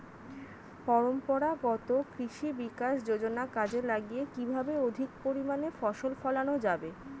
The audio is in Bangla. পরম্পরাগত কৃষি বিকাশ যোজনা কাজে লাগিয়ে কিভাবে অধিক পরিমাণে ফসল ফলানো যাবে?